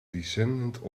descendant